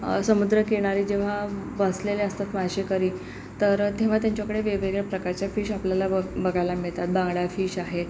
समुद्रकिनारी जेव्हा बसलेले असतात मासेकरी तर तेव्हा त्यांच्याकडे वेगवेगळ्या प्रकारच्या फिश आपल्याला बघ बघायला मिळतात बांगडा फिश आहे